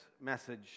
message